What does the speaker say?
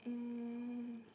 um